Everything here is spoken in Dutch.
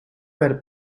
werden